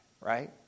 right